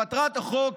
מטרת החוק